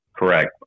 correct